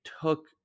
took